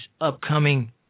upcoming